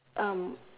um